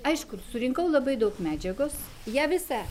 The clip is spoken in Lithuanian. aišku ir surinkau labai daug medžiagos ją visą